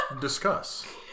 discuss